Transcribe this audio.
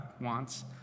wants